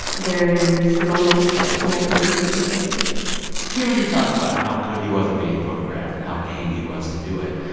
there are these moments that can never be duplicated hearing you talk about how good he was at being photographed and how game he was to do it,